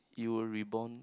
you will reborn